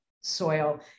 soil